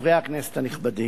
חברי הכנסת הנכבדים,